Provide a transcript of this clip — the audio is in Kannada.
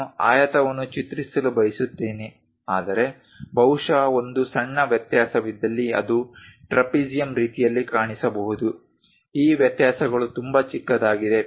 ನಾನು ಆಯತವನ್ನು ಚಿತ್ರಿಸಲು ಬಯಸುತ್ತೇನೆ ಆದರೆ ಬಹುಶಃ ಒಂದು ಸಣ್ಣ ವ್ಯತ್ಯಾಸವಿದ್ದಲ್ಲಿ ಅದು ಟ್ರೆಪೆಜಿಯಂ ರೀತಿಯಲ್ಲಿ ಕಾಣಿಸಬಹುದು ಈ ವ್ಯತ್ಯಾಸಗಳು ತುಂಬಾ ಚಿಕ್ಕದಾಗಿದೆ